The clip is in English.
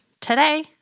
Today